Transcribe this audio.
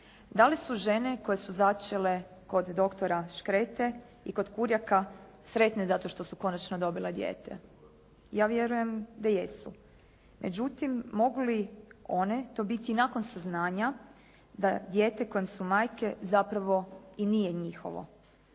Da li su žene koje su začele kod doktora Škrete i kod Kurjaka sretne zato što su konačno dobile dijete? Ja vjerujem da jesu. Međutim mogu li one to biti i nakon saznanja da dijete kojem su majke zapravo i nije njihovo.